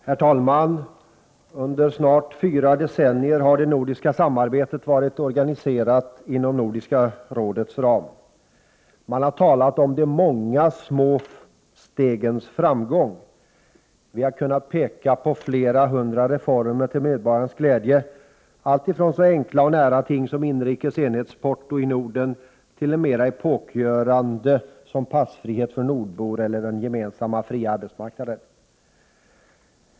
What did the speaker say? Herr talman! Under snart fyra decennier har det nordiska samarbetet varit organiserat inom Nordiska rådets ram. Man har talat om de många små stegens framgång. Man har kunnat peka på flera hundra reformer till medborgarnas glädje, alltifrån så enkla och nära ting som inrikes enhetsporto i Norden till de mera epokgörande, som passfrihet för nordbor eller den gemensamma fria arbetsmarknaden.